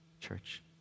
church